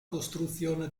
costruzione